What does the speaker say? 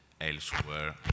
elsewhere